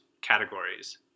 categories